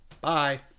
Bye